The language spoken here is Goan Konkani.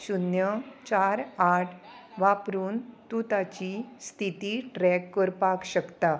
शुन्य चार आठ वापरून तूं ताची स्थिती ट्रॅक करपाक शकता